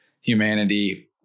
humanity